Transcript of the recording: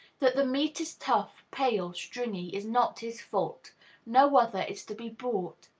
that the meat is tough, pale, stringy is not his fault no other is to be bought.